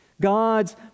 God's